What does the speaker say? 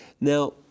Now